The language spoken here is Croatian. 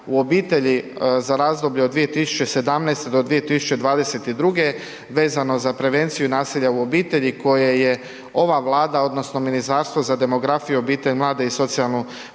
u obitelji za razdoblje od 2017. do 2022. vezano za prevenciju nasilja u obitelji koje je ova Vlada odnosno Ministarstvo za demografiju, obitelj, mlade i socijalnu